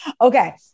Okay